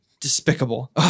despicable